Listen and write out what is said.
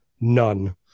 none